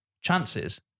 chances